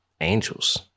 angels